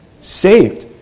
Saved